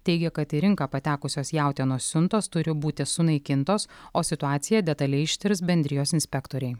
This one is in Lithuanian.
teigia kad į rinką patekusios jautienos siuntos turi būti sunaikintos o situaciją detaliai ištirs bendrijos inspektoriai